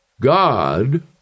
God